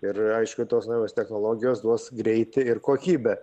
ir aišku tos naujos technologijos duos greitį ir kokybę